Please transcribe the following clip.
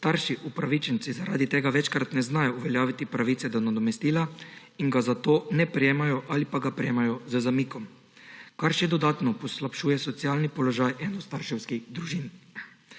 starši upravičenci zaradi tega večkrat ne znajo uveljaviti pravice do nadomestila in ga zato ne prejemajo ali pa ga prejemajo z zamikom, kar še dodatno poslabšuje socialni položaj enostarševskih družin.